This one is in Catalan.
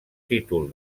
títol